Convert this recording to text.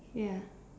ya